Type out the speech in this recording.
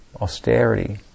austerity